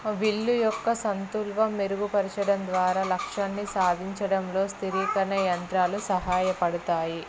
విల్లు యొక్క సంతుల్వ మెరుగుపరచడం ద్వారా లక్ష్యాన్ని సాధించడంలో స్థిరీకరణ యంత్రాలు సహాయపడతాయి